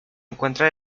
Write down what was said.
encuentra